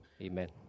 Amen